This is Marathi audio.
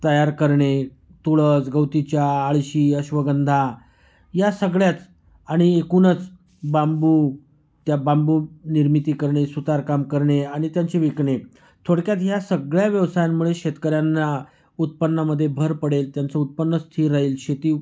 तयार करणे तुळस गवती चहा आळशी अश्वगंधा या सगळ्याचं आणि एकूणच बांबू त्या बांबू निर्मिती करणे सुतारकाम करणे आणि त्यांचे विकणे थोडक्यात ह्या सगळ्या व्यवसायांमुळे शेतकऱ्यांना उत्पन्नामध्ये भर पडेल त्यांचं उत्पन्न स्थिर राहील शेती